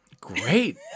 Great